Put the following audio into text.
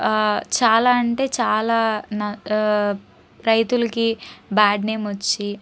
చాలా అంటే చాలా న రైతులకి బ్యాడ్ నేమ్ వచ్చి